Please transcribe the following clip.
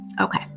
Okay